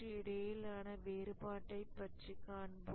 இடையிலுள்ள வேறுபாட்டை பற்றி காண்போம்